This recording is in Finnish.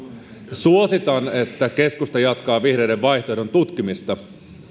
suositan että keskusta jatkaa vihreiden vaihtoehdon tutkimista